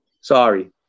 Sorry